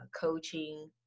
coaching